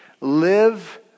live